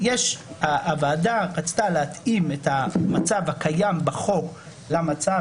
הוועדה רצתה להתאים את המצב הקיים בחוק למצב